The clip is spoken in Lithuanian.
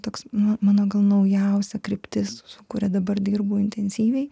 toks mano gal naujausia kryptis kuria dabar dirbu intensyviai